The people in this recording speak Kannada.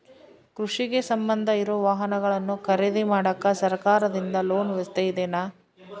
ಕೃಷಿಗೆ ಸಂಬಂಧ ಇರೊ ವಾಹನಗಳನ್ನು ಖರೇದಿ ಮಾಡಾಕ ಸರಕಾರದಿಂದ ಲೋನ್ ವ್ಯವಸ್ಥೆ ಇದೆನಾ?